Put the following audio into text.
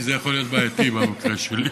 כי זה יכול להיות בעייתי במקרה שלי.